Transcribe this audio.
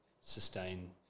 sustain